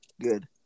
Good